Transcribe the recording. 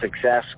success